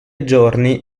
giorni